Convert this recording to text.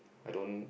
I don't